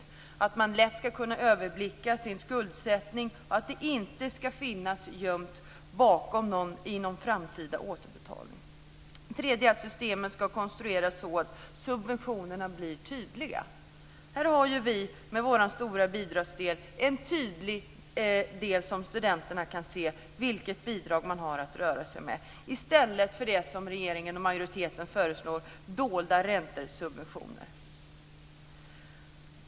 Man ska lätt kunna överblicka sin skuldsättning, och det ska inte finnas något gömt bakom någon framtida återbetalning. Den tredje delen är att systemet ska konstrueras så att subventionerna blir tydliga. Här har vi med vår stora bidragsdel en tydlig del där studenterna kan se vilket bidrag de har att röra sig med i stället för det som regeringen och majoriteten föreslår, nämligen dolda räntor och subventioner.